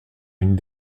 une